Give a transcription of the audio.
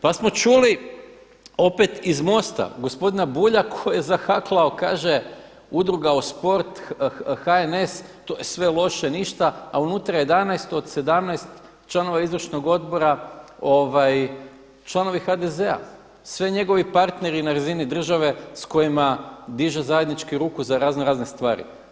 Pa smo čuli opet iz MOST-a gospodina Bulja koji je zahaklao kaže udruga o sport HNS to je sve loše, ništa, a unutra 11 od 17 članova izvršnog odbora članovi HDZ-a, sve njegovi partneri na razini države s kojima diže zajednički ruku za raznorazne stvari.